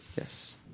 yes